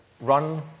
run